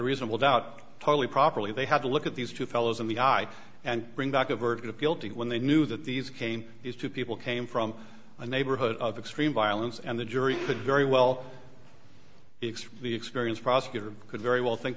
reasonable doubt totally properly they have to look at these two fellows in the eye and bring back a verdict of guilty when they knew that these came these two people came from a neighborhood of extreme violence and the jury could very well except the experienced prosecutor could very well think